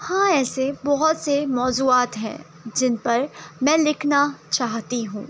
ہاں ایسے بہت سے موضوعات ہیں جن پر میں لکھنا چاہتی ہوں